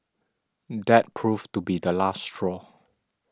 that proved to be the last straw